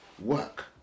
work